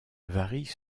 varient